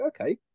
okay